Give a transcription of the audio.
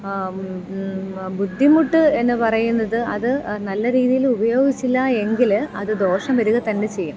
ബുദ്ധിമുട്ട് എന്നു പറയുന്നത് അത് നല്ല രീതിയിൽ ഉപയോഗിച്ചില്ല എങ്കിൽ അത് ദോഷം വരിക തന്നെ ചെയ്യും